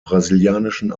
brasilianischen